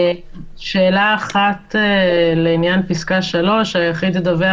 שאלה אחת לעניין פסקה (3): "היחיד ידווח